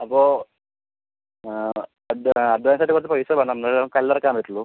അപ്പോൾ അഡ്വാൻസായിട്ട് കുറച്ച് പൈസ വേണം എന്നാലേ നമുക്ക് കല്ലിറക്കാൻ പറ്റുള്ളൂ